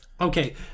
okay